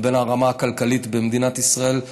לבין הרמה הכלכלית בישראל,